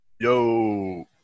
Yo